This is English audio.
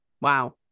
Wow